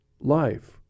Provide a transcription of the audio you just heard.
life